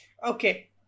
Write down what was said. Okay